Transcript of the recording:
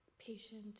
patient